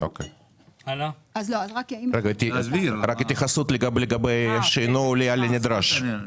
רק התייחסות לגבי שאינו עולה על הנדרש.